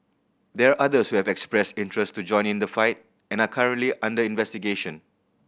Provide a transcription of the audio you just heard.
there others who have expressed interest to join in the fight and are currently under investigation